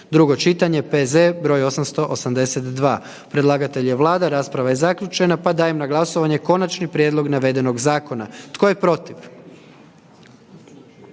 drugo čitanje, P.Z. br. 891. Predlagatelj je Klub zastupnika SDP-a. Rasprava je zaključena pa dajem na glasovanje Konačni prijedlog navedenog zakona kojeg